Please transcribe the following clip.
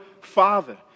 Father